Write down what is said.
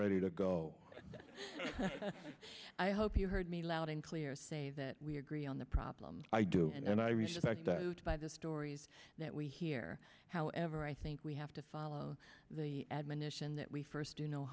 ready to go i hope you heard me loud and clear say that we agree on the problem i do and i respect that by the stories that we hear however i think we have to follow the admonition that we first do no